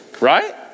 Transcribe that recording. Right